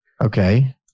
Okay